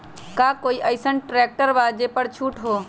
का कोइ अईसन ट्रैक्टर बा जे पर छूट हो?